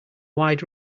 wide